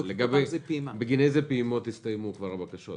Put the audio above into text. בגין איזה פעימות הסתיימו הבקשות?